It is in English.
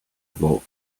volt